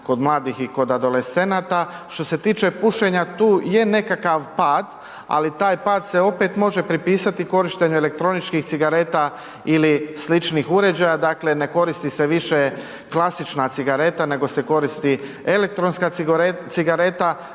kod mladih i kod adolescenata. Što se tiče pušenja, tu je nekakav pad, ali taj pad se opet može pripisati korištenju elektroničkih cigareta ili sličnih uređaja, dakle, ne koristi se više klasična cigareta, nego se koristi elektronska cigareta,